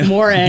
More